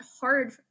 hard